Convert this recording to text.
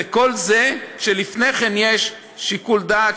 וכל זה כשלפני כן יש שיקול דעת,